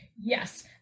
Yes